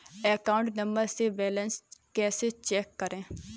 Account number से balance कैसे check करें?